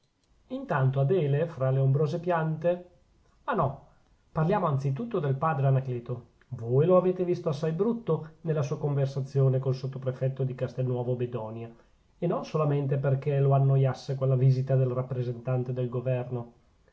intanto adele fra le ombrose piante ma no parliamo anzi tutto del padre anacleto voi lo avete visto assai brutto nella sua conversazione col sottoprefetto di castelnuovo bedonia e non solamente perchè lo annoiasse quella visita del rappresentante del governo